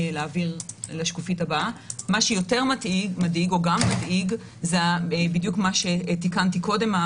מה שיותר מדאיג זה בדיוק מה שתיקנתי קודם,